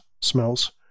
smells